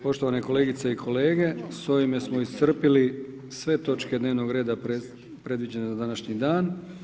Poštovane kolegice i kolege, s ovime smo iscrpili sve točke dnevnog reda predviđene za današnji dan.